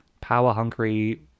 power-hungry